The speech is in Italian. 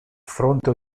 fronte